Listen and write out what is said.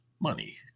money